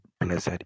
blessed